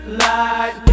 light